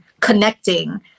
connecting